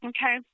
Okay